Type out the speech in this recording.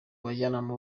bajyanama